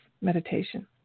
meditation